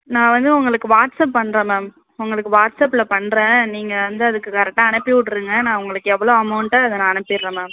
நான் வந்து உங்களுக்கு வாட்ஸ்ஆப் பண்ணுறேன் மேம் உங்களுக்கு வாட்ஸ்ஆப்பில் பண்ணுறேன் நீங்கள் வந்து அதுக்கு கரெக்டாக அனுப்பி விட்டுருங்க நான் உங்களுக்கு எவ்வளோ அமௌண்ட்டோ அதை நான் அனுப்பிடுறேன் மேம்